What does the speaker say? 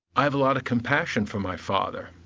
i have a lot of compassion for my father,